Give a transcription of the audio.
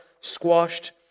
squashed